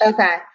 Okay